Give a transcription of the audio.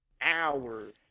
hours